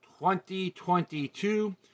2022